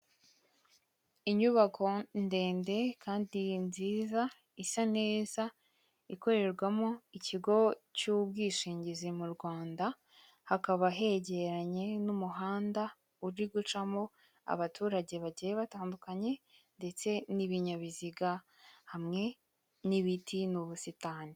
Inyubako ndende kandi nziza, isa neza, ikorerwamo ikigo cy'ubwishingizi mu Rwanda, hakaba hegeranye n'umuhanda, uri gucamo abaturage bagiye batandukanye ndetse n'ibinyabiziga hamwe n'ibiti n'ubusitani.